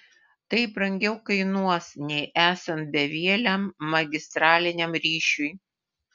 tai brangiau kainuos nei esant bevieliam magistraliniam ryšiui